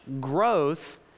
growth